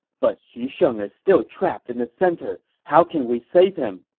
but xu sheng is still trapped in the center. how can we save him?